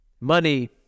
Money